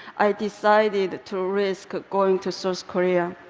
i decided to risk going to south korea.